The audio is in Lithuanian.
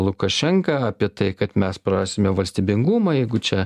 lukašenka apie tai kad mes prarasime valstybingumą jeigu čia